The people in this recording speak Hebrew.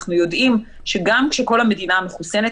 אנחנו יודעים שגם כשכל המדינה מחוסנת,